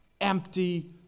empty